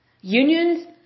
Unions